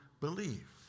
believe